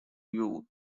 youth